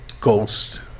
Ghost